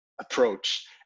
approach